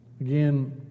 Again